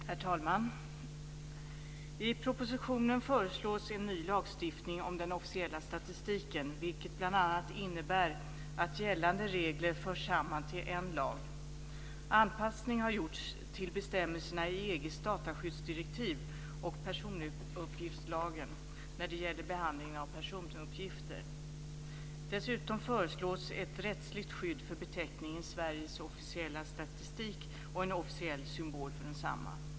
Herr talman! I propositionen föreslås en ny lagstiftning om den officiella statistiken, vilket bl.a. innebär att gällande regler förs samman till en lag. Anpassning har gjorts till bestämmelser i EG:s dataskyddsdirektiv och personuppgiftslagen när det gäller behandling av personuppgifter. Dessutom föreslås ett rättsligt skydd för beteckningen Sveriges officiella statistik och en officiell symbol för densamma.